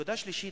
נקודה שלישית,